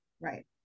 Right